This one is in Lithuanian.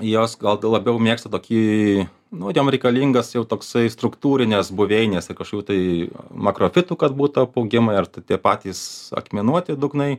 jos gal labiau mėgsta tokį nu jom reikalingas jau toksai struktūrinės buveinėse kažkokių tai makrofitų kad būtų apaugimui ar tie patys akmenuoti dugnai